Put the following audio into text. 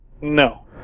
No